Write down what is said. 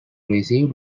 received